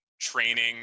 training